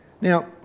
Now